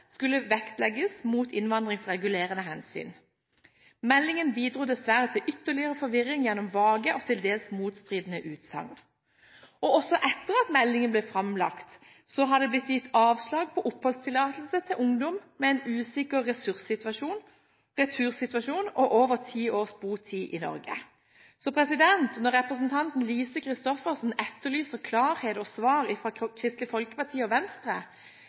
skulle vektlegges mot innvandringsregulerende hensyn. Meldingen bidro dessverre til ytterligere forvirring gjennom vage og til dels motstridende utsagn. Også etter at meldingen ble framlagt, har det blitt gitt avslag på oppholdstillatelse til ungdom med en usikker retursituasjon og over ti års botid i Norge. Så når representanten Lise Christoffersen etterlyser klarhet og svar fra Kristelig Folkeparti og Venstre,